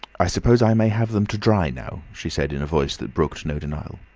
i suppose i may have them to dry now, she said in a voice that brooked no denial.